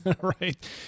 Right